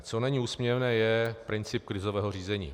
Co není úsměvné, je princip krizového řízení.